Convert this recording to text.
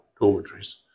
dormitories